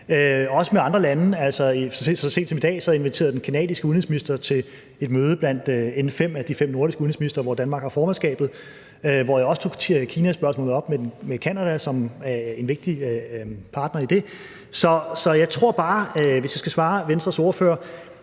over for andre lande. Så sent som i dag inviterede den canadiske udenrigsminister til et møde blandt N5, de fem nordiske udenrigsministre, hvor Danmark har formandskabet, og her tog jeg også Kinaspørgsmålet op med Canada, som er en vigtig partner i det. Så jeg tror bare, hvis jeg skal svare Venstres ordfører,